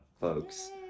folks